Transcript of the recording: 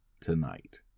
tonight